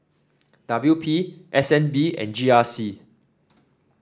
W P S N B and G R C